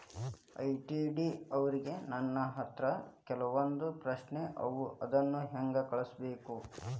ITD ಅವ್ರಿಗೆ ನನ್ ಹತ್ರ ಕೆಲ್ವೊಂದ್ ಪ್ರಶ್ನೆ ಅವ ಅದನ್ನ ಹೆಂಗ್ ಕಳ್ಸ್ಬೇಕ್?